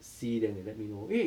see then they let me know 因为